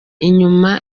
inyuma